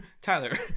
Tyler